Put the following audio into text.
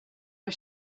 are